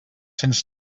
cents